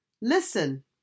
Listen